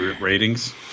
ratings